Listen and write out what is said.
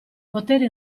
potere